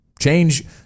change